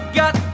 got